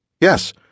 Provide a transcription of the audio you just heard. Yes